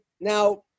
now